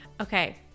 Okay